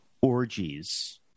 orgies